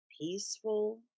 peaceful